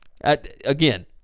Again